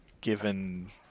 given